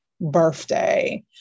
birthday